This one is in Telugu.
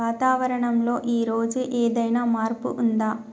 వాతావరణం లో ఈ రోజు ఏదైనా మార్పు ఉందా?